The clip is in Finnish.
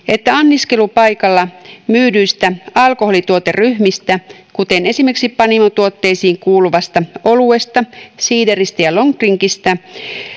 että anniskelupaikalla myydyistä alkoholituoteryhmistä kuten esimerkiksi panimotuotteisiin kuuluvasta oluesta siideristä ja long drinkistä